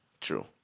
True